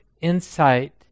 insight